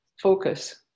focus